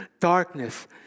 darkness